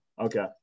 Okay